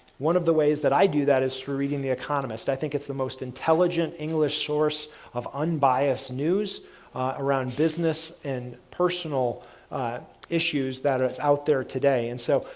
one of the ways that i do that, is through reading the economist. i think it's the most intelligent english source of unbiased news around business and personal issues that are out there today. and so,